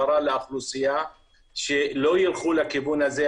הסברה לאוכלוסייה שלא יילכו לכיוון הזה,